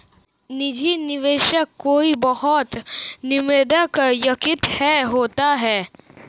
निजी निवेशक कोई बहुत समृद्ध व्यक्ति ही होता है